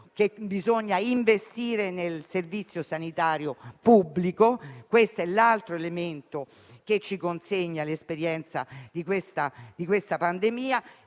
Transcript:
che bisogna investire nel servizio sanitario pubblico; questo è l'altro elemento che ci consegna l'esperienza di questa pandemia.